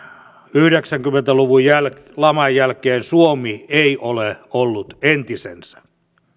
yhdeksänkymmentä luvun laman jälkeen suomi ei ole ollut entisensä